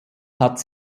hat